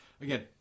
Again